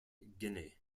guinea